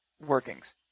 workings